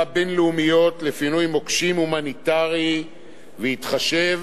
הבין-לאומיות לפינוי מוקשים הומניטרי ויתחשב